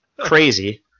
crazy